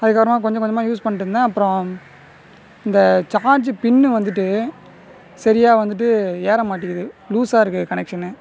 அதுக்கு அப்புறமா கொஞ்ச கொஞ்சமாக யூஸ் பண்ணிட்டு இருந்தேன் அப்பறம் இந்த சார்ஜி பின்னு வந்துட்டு சரியா வந்துட்டு ஏறமாட்டிங்குது லூசாக இருக்குது கனெக்ஷன்